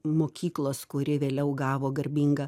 mokyklos kuri vėliau gavo garbingą